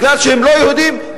כי הם לא יהודיים,